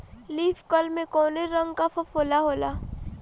Leaf curl में कौने रंग का फफोला होला?